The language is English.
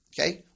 okay